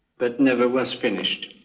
but never was finished.